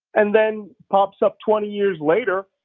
and then pops up twenty years later,